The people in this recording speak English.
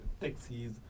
taxis